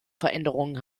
veränderungen